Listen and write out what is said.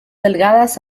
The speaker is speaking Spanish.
delgadas